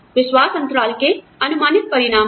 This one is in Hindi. विश्वास अंतराल के अनुमानित परिणाम हैं